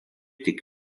tik